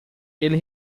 ele